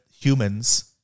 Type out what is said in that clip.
humans